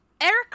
Eric